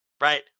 right